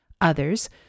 Others